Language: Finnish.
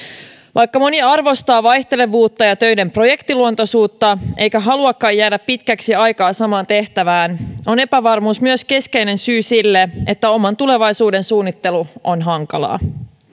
vaikka moni arvostaa vaihtelevuutta ja töiden projektiluontoisuutta eikä haluakaan jäädä pitkäksi aikaa samaan tehtävään on epävarmuus myös keskeinen syy siihen että oman tulevaisuuden suunnittelu on hankalaa